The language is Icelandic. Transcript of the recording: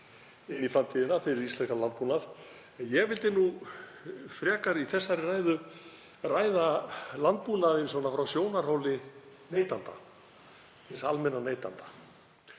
inn í framtíðina fyrir íslenskan landbúnað. Ég vildi nú frekar í þessari ræðu ræða landbúnaðinn frá sjónarhóli neytandans, hins almenna neytanda.